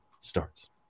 starts